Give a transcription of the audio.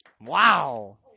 Wow